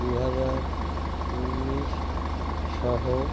দু হাজার উনিশ সহ